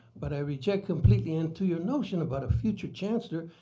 but i reject completely and to your notion about a future chancellor,